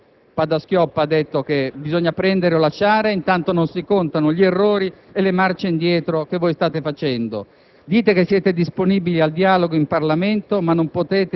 Dite che la manovra finanziaria è perfetta, il ministro Padoa-Schioppa ha detto che bisogna prendere o lasciare, e intanto non si contano gli errori e le marce indietro che state facendo.